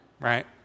Right